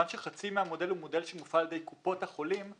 שחצי מהמודל הוא מודל שמופעל על ידי קופות החולים,